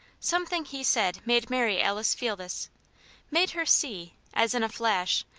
something he said made mary alice feel this made her see, as in a flash,